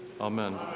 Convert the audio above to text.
amen